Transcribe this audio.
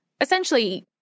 essentially